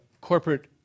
corporate